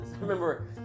remember